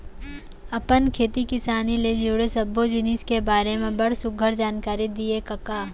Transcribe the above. अपन खेती किसानी ले जुड़े सब्बो जिनिस के बारे म बड़ सुग्घर जानकारी दिए कका